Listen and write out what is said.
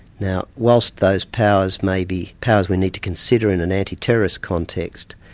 now while so those powers may be powers we need to consider in an anti-terrorist context,